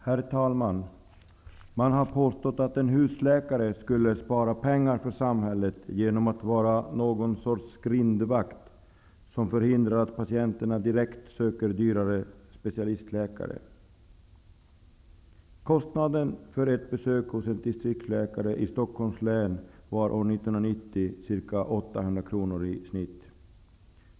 Herr talman! Man har påstått att en husläkare skulle spara pengar för samhället genom att vara någon sorts grindvakt som förhindrar att patienterna direkt söker dyrare specialistläkare. Stockholms län var år 1990 ca 800 kr i snitt.